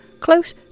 close